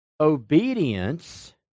obedience